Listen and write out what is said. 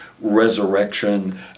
resurrection